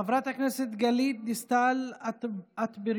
חברת הכנסת גלית דיסטל אטבריאן,